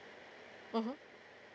mmhmm